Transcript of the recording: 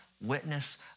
witness